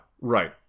Right